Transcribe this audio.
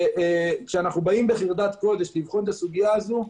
כשאו באים בחרדת קודש לבחון את הסוגיה הזו,